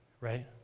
right